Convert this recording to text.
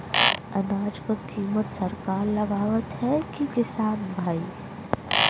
अनाज क कीमत सरकार लगावत हैं कि किसान भाई?